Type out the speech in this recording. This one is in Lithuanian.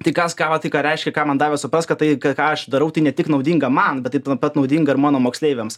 tai ką skautai ką reiškia ką man davė suprast kad tai ką ką aš darau tai ne tik naudinga man bet taip pat naudinga ir mano moksleiviams